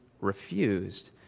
refused